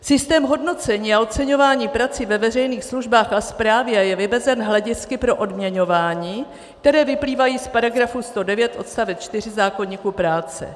Systém hodnocení a oceňování prací ve veřejných službách a správě je vymezen hledisky pro odměňování, která vyplývají z § 109 odst. 4 zákoníku práce.